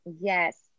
yes